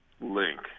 link